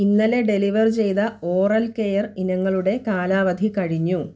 ഇന്നലെ ഡെലിവർ ചെയ്ത oral care ഇനങ്ങളുടെ കാലാവധി കഴിഞ്ഞു